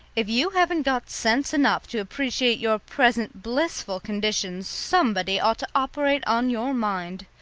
if you haven't got sense enough to appreciate your present blissful condition, somebody ought to operate on your mind.